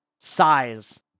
size